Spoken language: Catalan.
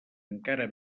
encara